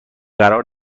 قرار